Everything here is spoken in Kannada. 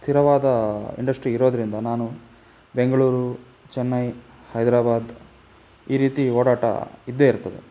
ಸ್ಥಿರವಾದ ಇಂಡಸ್ಟ್ರಿ ಇರೋದರಿಂದ ನಾನು ಬೆಂಗಳೂರು ಚೆನ್ನೈ ಹೈದರಾಬಾದ್ ಈ ರೀತಿ ಓಡಾಟ ಇದ್ದೇ ಇರ್ತದೆ